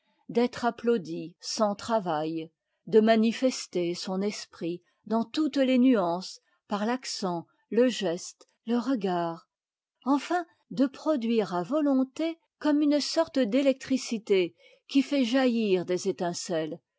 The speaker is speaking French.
d'être applaudi sans travait de manifester son esprit dans toutes les nuances par l'accent le geste e regard enfin de produire à volonté comme une sorte d'éiectricité qui fait jaillir des étincelles